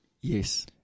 Yes